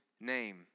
name